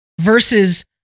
versus